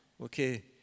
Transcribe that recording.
Okay